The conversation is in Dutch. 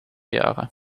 jaren